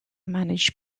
manage